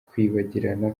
kwibagirana